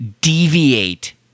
deviate